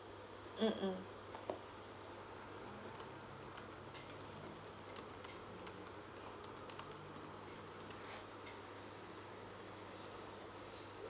mmhmm